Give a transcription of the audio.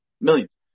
millions